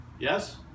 Yes